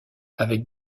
avec